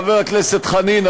חבר הכנסת חנין,